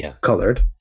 colored